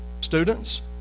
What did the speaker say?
students